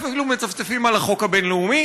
אפילו מצפצפים על החוק הבין-לאומי.